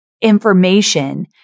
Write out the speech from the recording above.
information